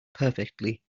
perfectly